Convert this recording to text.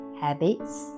habits